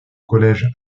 collège